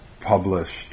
published